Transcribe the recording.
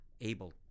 able